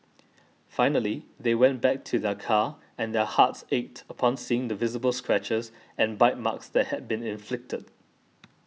finally they went back to their car and their hearts ached upon seeing the visible scratches and bite marks that had been inflicted